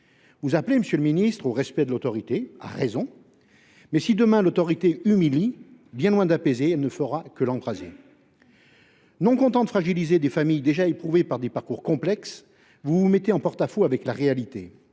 vous appelez à raison au respect de l’autorité. Mais si, demain, l’autorité humilie, bien loin d’apaiser, elle ne fera qu’embraser la situation. Non contents de fragiliser des familles déjà éprouvées par des parcours complexes, vous vous mettez en porte à faux avec la réalité.